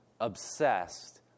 obsessed